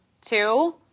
two